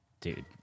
Dude